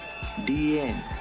DN